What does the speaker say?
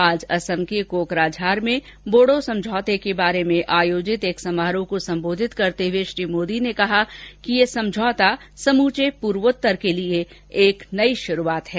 आज असम के कोकराझार में बोडो समझौते के बारे में आयोजित एक समारोह को संबोधित करते हुए उन्होंने कहा कि यह समझौता समूचे पूर्वोत्तर के लिए एक नई शुरूआत है